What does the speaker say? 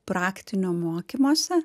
praktinio mokymosi